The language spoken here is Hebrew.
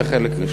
זה החלק הראשון.